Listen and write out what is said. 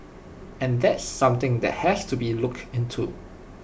and that's something that has to be looked into